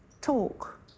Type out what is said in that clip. talk